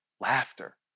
Laughter